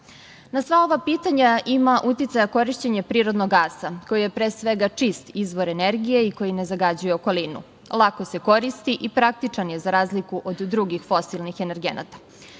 sva ova pitanja ima uticaj korišćenje prirodnog gasa koji je, pre svega čist izvor energije i koji ne zagađuje okolinu, lako se koristi i praktičan je za razliku od drugih fosilnih energenata. Ukupne